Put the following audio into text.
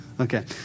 Okay